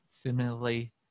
similarly